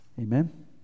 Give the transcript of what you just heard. Amen